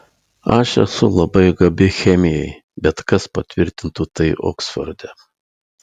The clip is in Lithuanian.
aš esu labai gabi chemijai bet kas patvirtintų tai oksforde